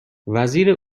وزیر